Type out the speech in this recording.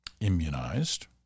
immunized